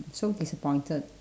so disappointed